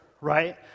right